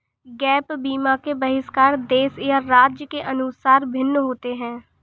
gap बीमा के बहिष्करण देश या राज्य के अनुसार भिन्न होते हैं